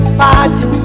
party